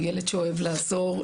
הוא ילד שאוהב לעזור,